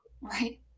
right